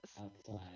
Outside